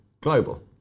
global